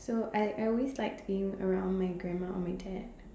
so I I always liked being around my grandma or my dad